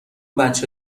بچه